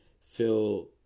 feel